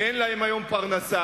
שאין להם היום פרנסה.